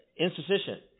Insufficient